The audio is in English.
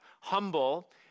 humble